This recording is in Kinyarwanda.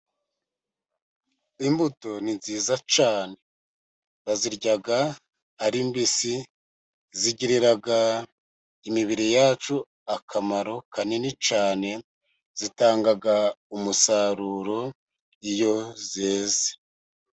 Imbuto ni nziza cyane, bazirya ari mbisi, zigirira imibiri yacu akamaro kanini cyane, zitanga umusaruro iyo zeze.